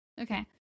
Okay